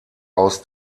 aus